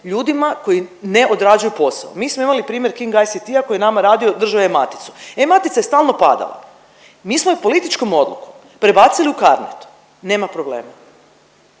ljudima koji ne odrađuju posao. Mi smo imali primjer King ICT-a koji je nama radio držao je maticu, e-matica je stalno padala. Mi smo ju političkom odlukom prebacili u Carnet, nema problema.